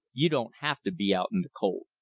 you don't have to be out in th' cold.